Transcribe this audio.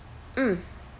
mm